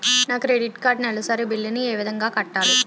నా credit card నెలసరి bill ని ఏ విధంగా కట్టాలి?